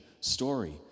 story